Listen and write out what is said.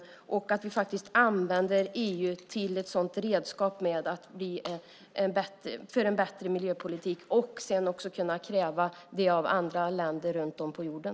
Och det handlar om att vi faktiskt använder EU som ett sådant redskap för att få en bättre miljöpolitik. Sedan kan vi också kräva det av andra länder runt om på jorden.